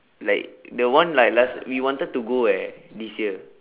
like the one like last we wanted to go eh this year